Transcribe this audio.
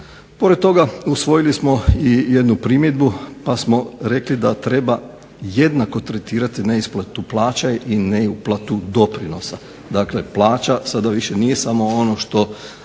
Pored toga usvojili smo jednu primjedbu pa smo rekli da treba jednako tretirati neisplatu plaća i neuplatu doprinosa. Dakle, plaća sada više nije samo ono što